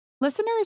Listeners